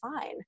fine